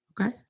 Okay